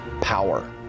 power